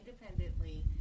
independently